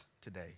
today